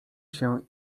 się